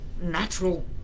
Natural